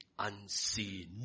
Unseen